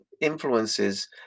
influences